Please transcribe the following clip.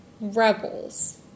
rebels